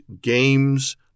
games